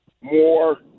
more